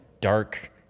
dark